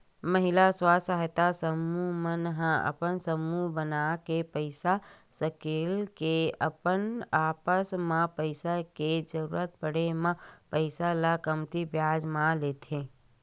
महिला स्व सहायता समूह मन ह अपन समूह बनाके पइसा सकेल के अपन आपस म पइसा के जरुरत पड़े म पइसा ल कमती बियाज म लेथे